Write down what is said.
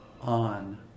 on